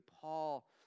Paul